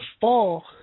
fall